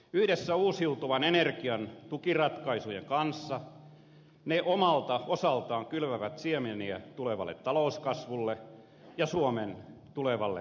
yhdessä uusiutuvan energian tukiratkaisujen kanssa se omalta osaltaan kylvää siemeniä tulevalle talouskasvulle ja suomen tulevalle menestykselle